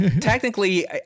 technically